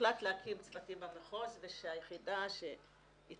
הוחלט להקים צוותים במחוז ושהיחידה שהתחילו